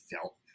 felt